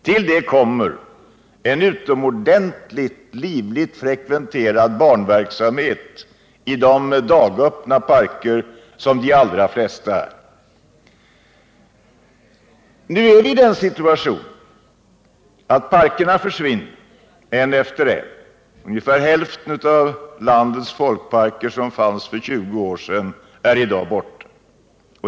Till det kommer en utomordentligt livligt frekventerad barnverksamhet i de dagöppna parkerna, dit de allra flesta hör. Nu är vi i den situationen att parkerna försvinner en efter en. Ungefär hälften av de folkparker som fanns för 20 år sedan är i dag borta.